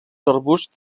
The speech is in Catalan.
arbusts